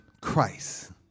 Christ